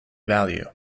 value